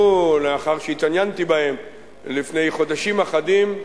לאחר שהתעניינתי בהם לפני חודשים אחדים: